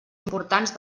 importants